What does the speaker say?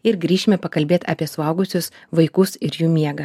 ir grįšime pakalbėt apie suaugusius vaikus ir jų miegą